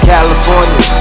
California